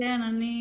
לי